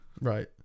right